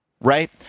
right